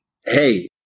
hey